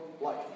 life